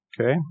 Okay